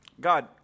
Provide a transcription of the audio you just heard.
God